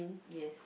yes